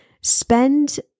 Spend